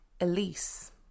Elise